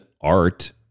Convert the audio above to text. art